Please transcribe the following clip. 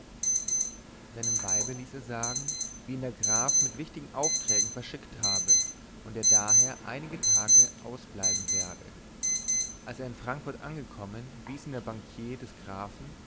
seinem weibe ließ er sagen wie ihn der graf mit wichtigen aufträgen verschickt habe und er daher einige tage ausbleiben werde als er in frankfurt angekommen wies ihn der bankier des grafen